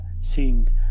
seemed